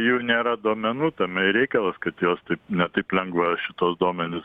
jų nėra duomenų tame ir reikalas kad jos tai ne taip lengva šituos duomenis